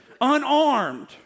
unarmed